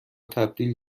تبدیل